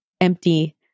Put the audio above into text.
empty